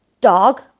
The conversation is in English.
dog